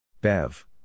Bev